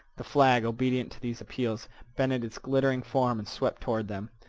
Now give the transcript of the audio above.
the flag, obedient to these appeals, bended its glittering form and swept toward them.